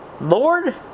Lord